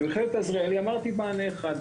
במכללת עזריאלי אמרתי מענה אחד.